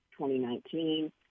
2019—